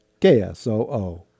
ksoo